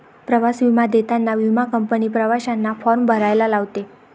प्रवास विमा देताना विमा कंपनी प्रवाशांना फॉर्म भरायला लावते